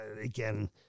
again